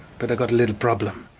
but i've got a little problem,